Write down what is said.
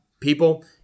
people